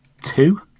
two